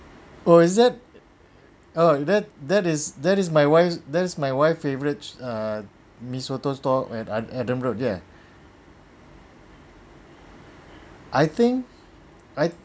oh is that oh that that is that is my wife that is my wife favourite uh mee soto stall at adam road ya I think I think